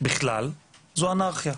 בכלל זה אנרכיה.